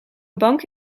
bank